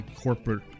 corporate